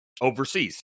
overseas